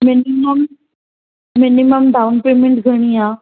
minimum minimum down payment घणी आहे